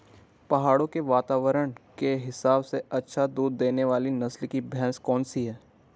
पहाड़ों के वातावरण के हिसाब से अच्छा दूध देने वाली नस्ल की भैंस कौन सी हैं?